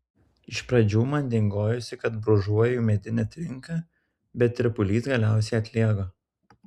iš pradžių man dingojosi kad brūžuoju medinę trinką bet tirpulys galiausiai atlėgo